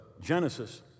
Genesis